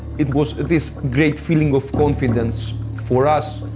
it was this great feeling of confidence for us,